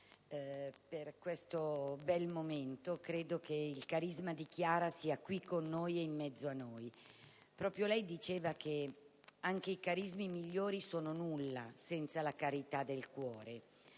per questo bel momento; credo che il carisma di Chiara sia qui con noi e in mezzo a noi. Proprio lei diceva che anche i carismi migliori sono nulla senza la carità del cuore,